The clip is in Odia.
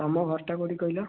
ତୁମ ଘରଟା କେଉଁଠି କହିଲ